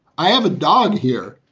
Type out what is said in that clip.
i have a dog here,